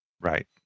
right